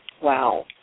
Wow